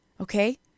Okay